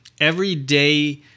everyday